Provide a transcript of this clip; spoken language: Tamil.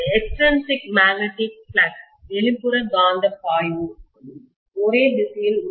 எக்ஸ்ட்ரீன்சிக் மேக்னெட்டிக் ஃப்ளக்ஸ் வெளிப்புற காந்தப் பாய்வு ஒரே திசையில் உள்ளது